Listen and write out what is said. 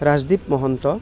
Rajdeep Mahanta